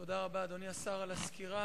אדוני השר, תודה על הסקירה.